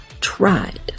tried